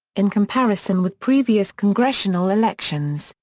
in comparison with previous congressional elections,